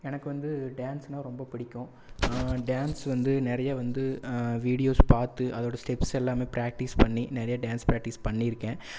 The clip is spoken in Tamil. எனக்கு வந்து டான்ஸுன்னால் ரொம்ப பிடிக்கும் டான்ஸ் வந்து நிறைய வந்து வீடியோஸ் பார்த்து அதோடய ஸ்டெப்ஸெல்லாமே ப்ராக்டீஸ் பண்ணி நிறைய டான்ஸ் ப்ராக்டீஸ் பண்ணியிருக்கேன்